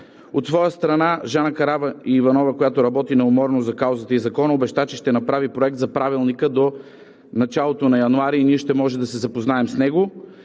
От своя страна Жана Караиванова, която работи неуморно за каузата и Закона, обеща, че ще направи Проект за правилника до началото на януари и ние ще можем да се запознаем с него.